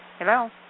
Hello